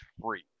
free